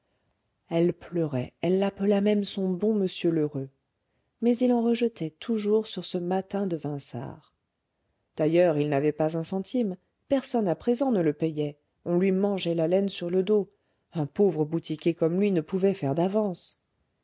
elle pleurait elle l'appela même son bon monsieur lheureux mais il se rejetait toujours sur ce mâtin de vinçart d'ailleurs il n'avait pas un centime personne à présent ne le payait on lui mangeait la laine sur le dos un pauvre boutiquier comme lui ne pouvait faire d'avances